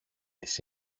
της